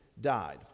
died